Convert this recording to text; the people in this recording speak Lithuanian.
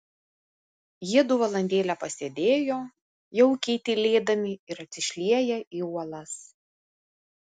jiedu valandėlę pasėdėjo jaukiai tylėdami ir atsišlieję į uolas